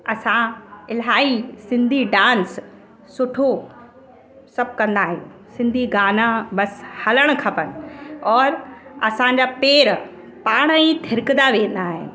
असां इलाही सिंधी डांस सुठो सभु कंदा आहिनि सिंधी गाना बसि हलणु खपनि और असांजा पेर पाण ई थिरकंदा वेंदा आहिनि